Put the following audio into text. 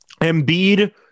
Embiid